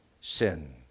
sin